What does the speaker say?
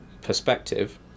perspective